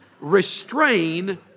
restrain